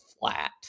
flat